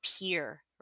appear